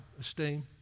esteem